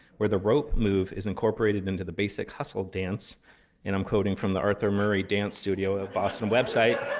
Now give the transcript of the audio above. where the rope move is incorporated into the basic hustle dance and i'm quoting from the arthur murray dance studio of boston website.